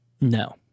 No